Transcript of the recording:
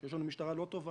שיש לנו משטרה לא טובה,